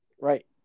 right